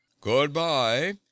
goodbye